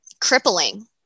crippling